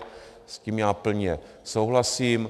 S tím já plně souhlasím.